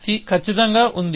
ఇది ఖచ్చితంగా ఉంద